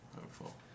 Hopeful